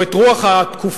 או את רוח התקופה,